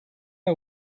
are